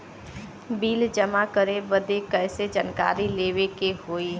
Bill जमा करे बदी कैसे जानकारी लेवे के होई?